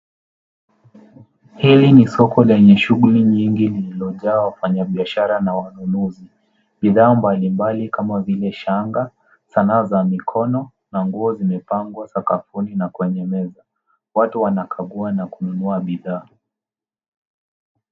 Hii ni soko lenye shuguli nyingi lililojaa wafanyabiashara na wanunuzi. Bidhaa mbalimbali kama vile shanga, sanaa za mikono na nguo zimepangwa sakafuni na kwenye meza. Watu wanakagua na kununua bidhaa.